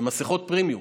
הן מסכות פרמיום.